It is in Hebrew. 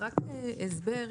רואים כאילו ההתייעצות קוימה.